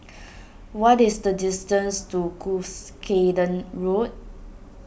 what is the distance to Cuscaden Road